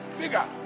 bigger